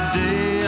day